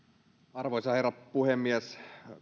arvoisa herra puhemies